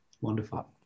wonderful